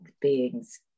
beings